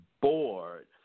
board